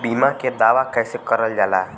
बीमा के दावा कैसे करल जाला?